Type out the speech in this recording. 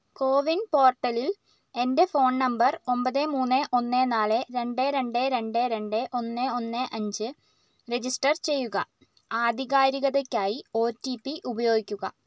കോവിൻ പോർട്ടലിൽ എന്റെ phone number ഒമ്പത് മൂന്ന് ഒന്ന് നാല് രണ്ട് രണ്ട് രണ്ട് രണ്ട് ഒന്ന് ഒന്ന് അഞ്ച് രജിസ്റ്റർ ചെയ്യുക ആധികാരികതയ്ക്കായി ഒ ടി പി ഉപയോഗിക്കുക